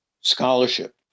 scholarship